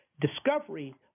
discovery